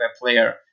player